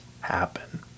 happen